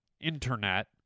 Internet